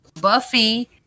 Buffy